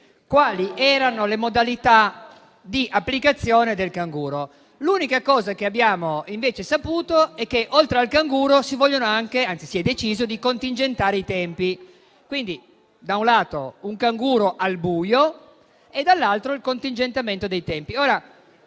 quali erano le modalità di applicazione del canguro. L'unica cosa che abbiamo invece saputo è che, oltre al canguro, si è deciso anche di contingentare i tempi: da un lato, quindi, un canguro al buio e, dall'altro, il contingentamento dei tempi.